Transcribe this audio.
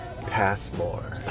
Passmore